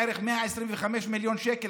בערך ב-125 מיליון שקל,